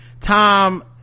tom